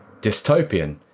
dystopian